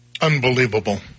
Unbelievable